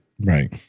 Right